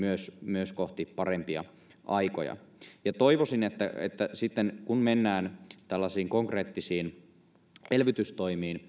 myös kohti parempia aikoja toivoisin että sitten kun mennään tällaisiin konkreettisiin elvytystoimiin